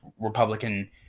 Republican